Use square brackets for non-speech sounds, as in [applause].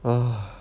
[noise]